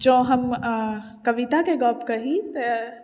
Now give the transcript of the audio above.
जँ हम कविताके गप्प कही तऽ